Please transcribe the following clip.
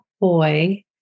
boy